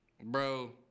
bro